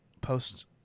post